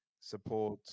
support